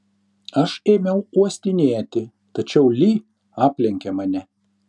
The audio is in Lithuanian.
aš ėmiau uostinėti tačiau li aplenkė mane